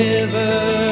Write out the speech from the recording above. River